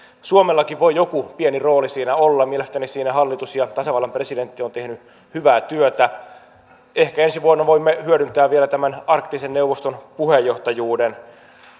suomellakin voi joku pieni rooli siinä olla mielestäni siinä hallitus ja tasavallan presidentti ovat tehneet hyvää työtä ehkä ensi vuonna voimme hyödyntää vielä tämän arktisen neuvoston puheenjohtajuuden